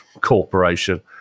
Corporation